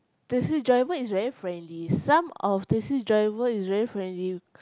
taxi driver is very friendly some of taxi driver is very friendly